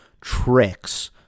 tricks